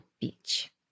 beach